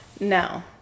No